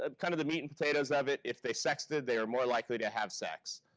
um kind of the meat and potatoes of it. if they sexted, they are more likely to have sex.